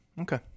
Okay